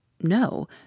No